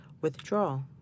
Withdrawal